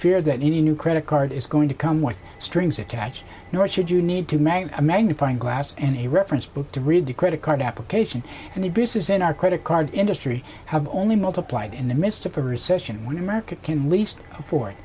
fear that any new credit card is going to come with strings attached nor should you need to match a magnifying glass and a reference book to read the credit card application and abuses in our credit card industry have only multiplied in the midst of a recession when america can least afford